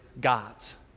God's